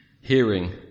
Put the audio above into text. hearing